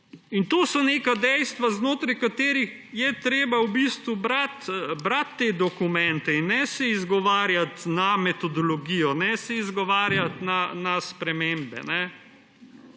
To so neka dejstva, znotraj katerih je treba brati te dokumente. In ne se izgovarjati na metodologijo, ne se izgovarjati na spremembe.